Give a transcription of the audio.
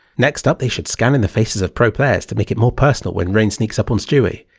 next up they should scan in the faces of pro players to make it more personal when rain sneaks up on stewie,